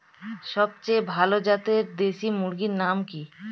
সবচেয়ে ভালো জাতের দেশি মুরগির নাম কি?